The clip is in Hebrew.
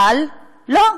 אבל לא,